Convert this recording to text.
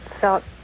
felt